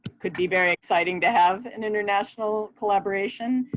could be very exciting to have an international collaboration.